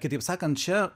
kitaip sakant čia